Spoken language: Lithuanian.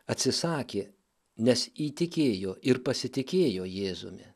atsisakė nes įtikėjo ir pasitikėjo jėzumi